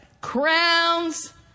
crowns